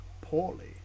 poorly